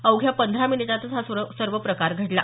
अवघ्या पंधरा मिनिटात हा सर्व प्रकार घडला